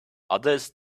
others